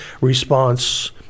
response